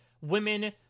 women